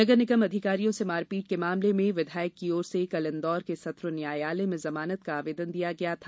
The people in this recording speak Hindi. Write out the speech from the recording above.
नगरनिगम अधिकारियों से मारपीट के मामले में विधायक की ओर से कल इन्दौर के सत्र न्यायालय में जमानत का आवेदन दिया गया था